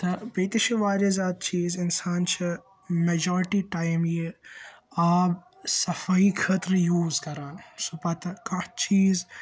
تہٕ بیٚیہِ تہِ چھ وارِیاہ زیادٕ چیز اِنسان چھِ میجارٹی ٹایم یہِ آب صفٲیی خٲطرٕ یوز کَران سُہ پَتہِ کانٛہہ چیز